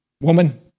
woman